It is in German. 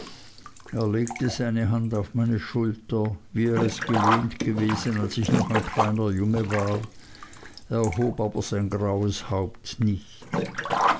er legte seine hand auf meine schulter wie er es gewohnt gewesen als ich noch ein kleiner junge war erhob aber sein graues